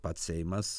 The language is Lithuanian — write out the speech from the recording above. pats seimas